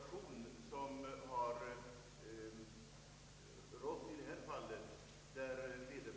Herr talman!